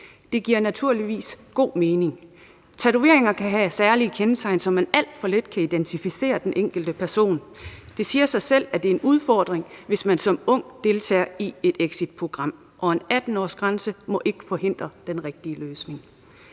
Det giver naturligvis god mening. Tatoveringer kan have særlige kendetegn, så man alt for let kan identificere den enkelte person. Det siger sig selv, at det er en udfordring, hvis man som ung deltager i et exitprogram, og en 18-årsgrænse må ikke forhindre den rigtige løsning.